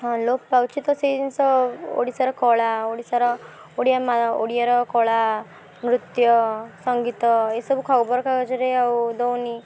ହଁ ଲୋପ ପାଉଛି ତ ସେଇ ଜିନିଷ ଓଡ଼ିଶାର କଳା ଓଡ଼ିଶାର ଓଡ଼ିଆ ଓଡ଼ିଆର କଳା ନୃତ୍ୟ ସଙ୍ଗୀତ ଏସବୁ ଖବରକାଗଜରେ ଆଉ ଦେଉନି